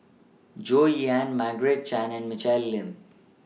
Goh Yihan Margaret Chan and Michelle Lim